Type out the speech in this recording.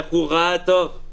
איך הוא ראה טוב,